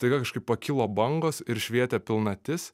staiga kažkaip pakilo bangos ir švietė pilnatis